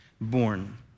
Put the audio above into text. born